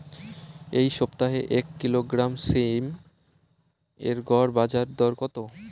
এই সপ্তাহে এক কিলোগ্রাম সীম এর গড় বাজার দর কত?